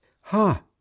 ha